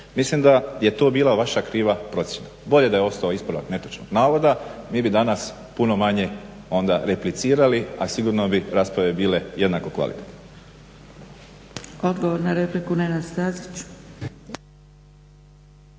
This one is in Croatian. Mislim da je to bila vaša kriva procjena. Bolje da je ostao ispravak netočnog navoda, mi bi danas puno manje onda replicirali a sigurno bi rasprave bile jednako kvalitetne.